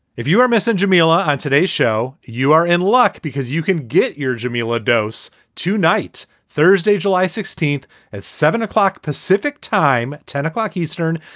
if you are missing, jameela, on today's show, you are in luck because you can get your jameela dose to night. thursday, july sixteenth at seven o'clock pacific time, ten zero eastern.